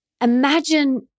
Imagine